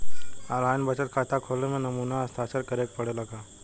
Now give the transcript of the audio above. आन line बचत खाता खोले में नमूना हस्ताक्षर करेके पड़ेला का?